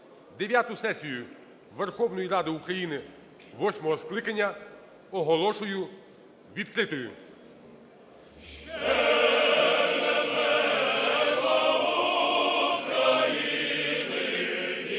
дев'яту сесію Верховної Ради України восьмого скликання оголошую відкритою. (Лунає Державний Гімн